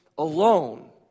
alone